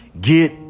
Get